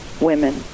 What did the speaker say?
women